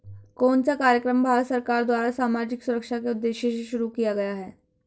कौन सा कार्यक्रम भारत सरकार द्वारा सामाजिक सुरक्षा के उद्देश्य से शुरू किया गया है?